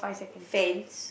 fans